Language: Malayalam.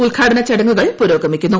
ഉദ്ഘാടന ചടങ്ങുകൾ പുരോഗമിക്കുന്നു